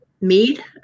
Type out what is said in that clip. mead